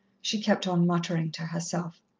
she kept on muttering to herself.